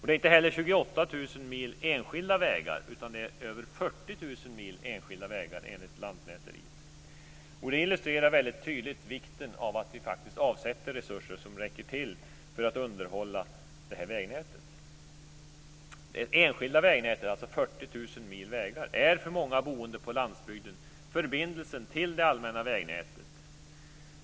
Det är inte heller 28 000 mil enskilda vägar, utan det är över 40 000 mil enskilda vägar enligt Lantmäteriverket. Det illustrerar väldigt tydligt vikten av att vi faktiskt avsätter resurser som räcker till för att underhålla detta vägnät. Det enskilda vägnätet, alltså 40 000 mil vägar, är för många boende på landsbygden förbindelsen till det allmänna vägnätet.